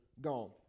gone